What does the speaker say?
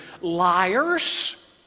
Liars